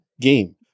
game